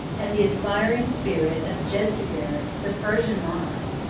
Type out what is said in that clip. and the aspiring spirit of jezdegerd, the persian monarch.